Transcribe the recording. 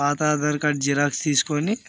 పాత Aadhaar card xerox తీసుకొని